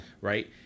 Right